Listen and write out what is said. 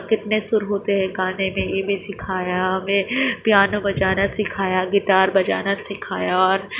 کتنے سر ہوتے ہیں گانے میں یہ بھی سکھایا ہمیں پیانو بجانا سکھایا گٹار بجانا سکھایا اور